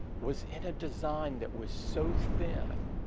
was in a design that was so thin.